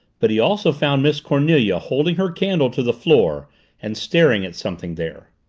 but he also found miss cornelia holding her candle to the floor and staring at something there.